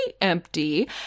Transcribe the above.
empty